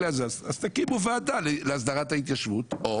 אז תקימו ועדה להסדרת ההתיישבות או